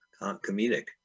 comedic